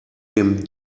dem